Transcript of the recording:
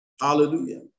hallelujah